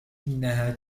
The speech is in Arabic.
إنها